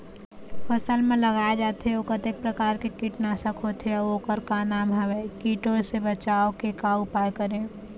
फसल म लगाए जाथे ओ कतेक प्रकार के कीट नासक होथे अउ ओकर का नाम हवे? कीटों से बचाव के का उपाय करें?